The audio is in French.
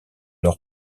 leur